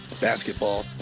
basketball